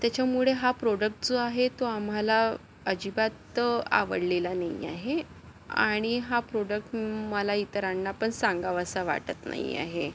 त्याच्यामुळे हा प्रॉडक्ट जो आहे तो आम्हाला अजिबात आवडलेला नाही आहे आणि हा प्रॉडक्ट मला इतरांना पण सांगावासा वाटत नाही आहे